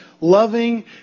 loving